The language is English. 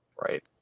right